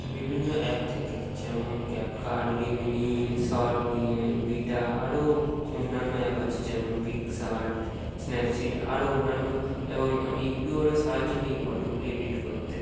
বিভিন্ন অ্যাপ থেকে যেমন CapCut Remini shot V N Vita আরও অন্যান্য অ্যাপ আছে যেমন পিকশার্ট স্ন্যাপচিট আরও অন্যান্য এবং আমি ইউটিউবও সাহায্য জন্য এই ফটোগুলি এডিট করতে